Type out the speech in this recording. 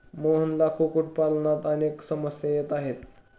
मोहनला कुक्कुटपालनात अनेक समस्या येत आहेत